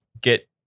get